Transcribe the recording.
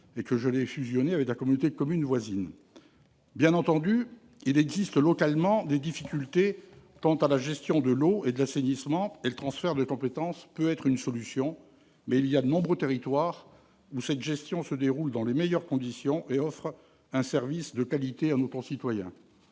et que je l'ai fait fusionner avec la communauté de communes voisine. Bien entendu, il existe localement des difficultés quant à la gestion de l'eau et de l'assainissement. Le transfert de compétence peut apporter une solution. Néanmoins, il existe de nombreux territoires où cette gestion se déroule dans les meilleures conditions et offre un service de qualité à nos concitoyens.